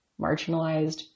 marginalized